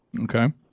Okay